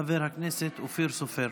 חבר הכנסת אופיר סופר.